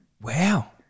Wow